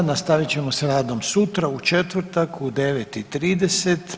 Nastavit ćemo s radom sutra, u četvrtak u 9,30.